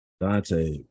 Dante